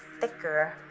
Thicker